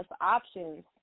options